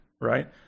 right